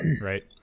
right